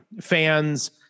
fans